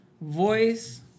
Voice